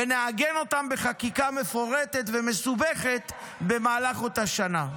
ונעגן אותן בחקיקה מפורטת ומסובכת במהלך אותה שנה.